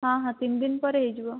ହଁ ହଁ ତିନି ଦିନ ପରେ ହୋଇଯିବ